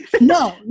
No